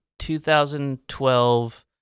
2012